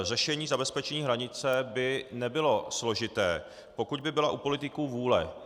Řešení zabezpečení hranice by nebylo složité, pokud by byla u politiků vůle.